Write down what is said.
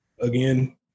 Again